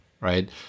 Right